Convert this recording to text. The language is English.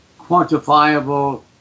quantifiable